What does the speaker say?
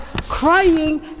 crying